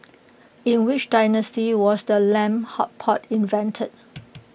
in which dynasty was the lamb hot pot invented